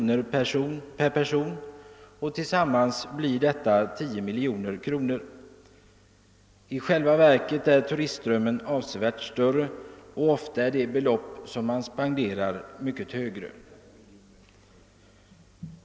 per person, blir detta tillsammans 10 miljoner kronor. I själva verket är turistströmmen avsevärt större, och ofta är de belopp som man spenderar mycket högre.